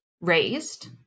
raised